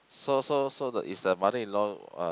so so so the is the mother-in-law uh